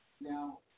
Now